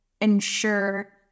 ensure